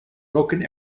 broken